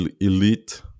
elite